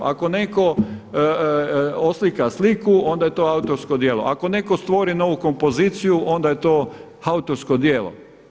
Ako netko oslika sliku onda je to autorsko djelo, ako netko stvori novu kompoziciju onda je to autorsko djelo.